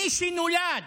מי שנולד